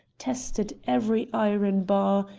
tested every iron bar,